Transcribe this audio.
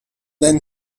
then